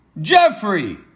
Jeffrey